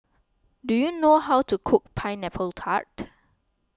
do you know how to cook Pineapple Tart